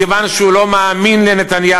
מכיוון שהוא לא מאמין לנתניהו.